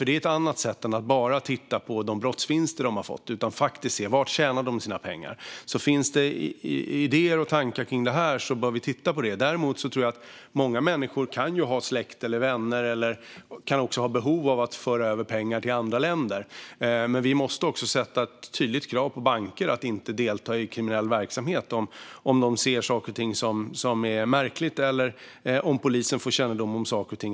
Det är ett annat sätt än att bara titta på de brottsvinster de har fått. Man ska se efter var de faktiskt har tjänat sina pengar. Om det finns idéer och tankar om det här bör vi titta på det. Däremot är det så att många människor har släkt och vänner i andra länder, och de kan ha ett behov av att föra över pengar till dessa. Men vi måste ställa ett tydligt krav på banker att inte delta i kriminell verksamhet om någon ser saker och ting som är märkliga eller om polisen får kännedom om någonting.